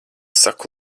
saku